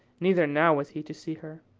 neither now was he to see her.